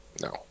no